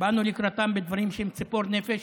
באנו לקראתם בדברים שהם ציפור הנפש,